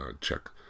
check